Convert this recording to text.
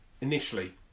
initially